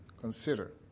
consider